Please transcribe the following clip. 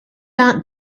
out